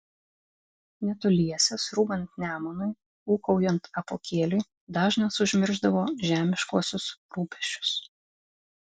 netoliese srūvant nemunui ūkaujant apuokėliui dažnas užmiršdavo žemiškuosius rūpesčius